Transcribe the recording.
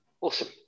awesome